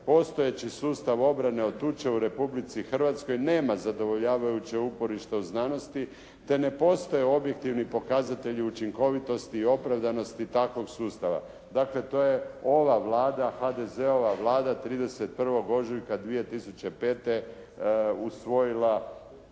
«Postojeći sustav obrane od tuče u Republici Hrvatskoj nema zadovoljavajuće uporište u znanosti te ne postoje objektivni pokazatelji učinkovitosti i opravdanosti takvog sustava». Dakle to je ova Vlada, HDZ-ova Vlada 31. ožujka 2005. usvojila